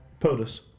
POTUS